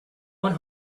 one